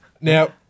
Now